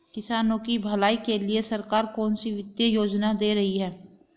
किसानों की भलाई के लिए सरकार कौनसी वित्तीय योजना दे रही है?